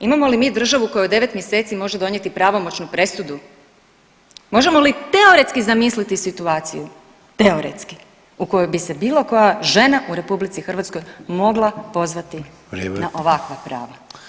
Imamo li mi državu koja u 9 mjeseci može donijeti pravomoćnu presudu, možemo li teoretski zamisliti situaciju, teoretski u kojoj bi se bilo koja žena u RH mogla pozvati na ovakva prava?